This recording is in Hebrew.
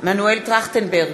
מנואל טרכטנברג,